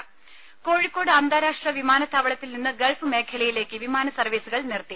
രുര കോഴിക്കോട് അന്താരാഷ്ട്ര വിമാനത്താവളത്തിൽ നിന്ന് ഗൾഫ് മേഖലയിലേക്ക് വിമാനസർവീസുകൾ നിർത്തി